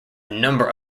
number